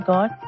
God